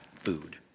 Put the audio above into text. food